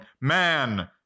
Man